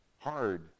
hard